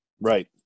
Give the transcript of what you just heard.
right